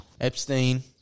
Epstein